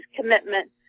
commitment